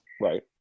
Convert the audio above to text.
right